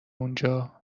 اونجا